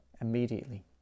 immediately